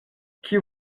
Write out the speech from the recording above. kiu